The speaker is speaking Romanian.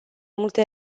multe